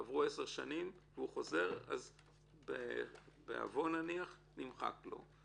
ואחרי 10 שנים חוזר בעוון נמחק לו.